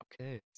Okay